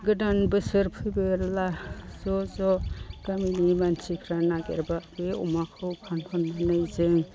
गोदान बोसोर फैबोला ज' ज' गामिनि मानसिफ्रा नागिरबा बे अमाखौ फानहरनानै जों